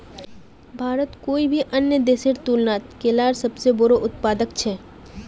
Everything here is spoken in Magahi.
भारत कोई भी अन्य देशेर तुलनात केलार सबसे बोड़ो उत्पादक छे